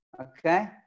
Okay